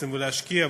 להשקיע,